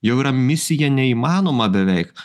jau yra misija neįmanoma beveik